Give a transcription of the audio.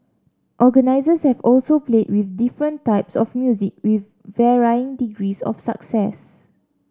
organisers have also played with different types of music with varying degrees of success